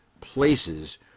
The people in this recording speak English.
places